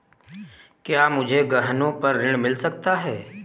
क्या मुझे गहनों पर ऋण मिल सकता है?